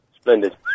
Splendid